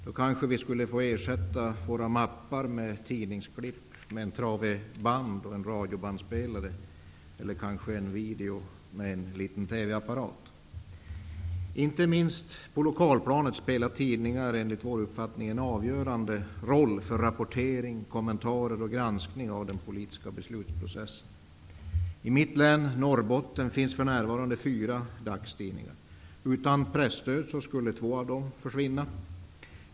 Då kanske vi skulle få ersätta våra mappar med tidningsklipp med en trave band och en radiobandspelare eller kanske en video med en liten TV-apparat. Inte minst på lokalplanet spelar tidningar enligt vår uppfattning en avgörande roll för rapportering, kommentarer och granskning av den politiska beslutsprocessen. I mitt län, Norrbottens län, finns det för närvarande fyra dagstidningar. Utan presstöd skulle två av dem försvinna.